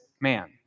man